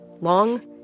long